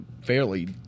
fairly